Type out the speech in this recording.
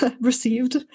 received